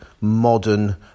modern